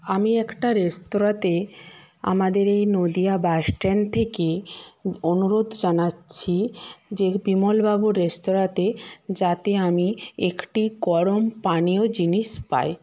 আমি একটা রেস্তোরাঁতে আমাদের এই নদীয়া বাস স্ট্যান্ড থেকে অনুরোধ জানাচ্ছি যে বিমলবাবুর রেস্তোরাঁতে যাতে আমি একটি গরম পানীয় জিনিস পায়